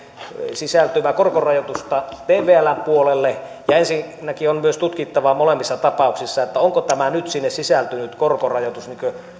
sisältyvää korkorajoitusta tvln puolelle ensinnäkin on myös tutkittava molemmissa tapauksissa onko tämä nyt sinne sisältynyt korkorajoitus